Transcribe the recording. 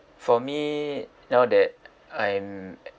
for me now that I'm